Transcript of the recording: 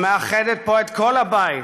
המאחדת פה את כל הבית,